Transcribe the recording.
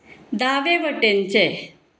दावे वटेनचे